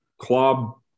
Club